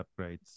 upgrades